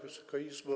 Wysoka Izbo!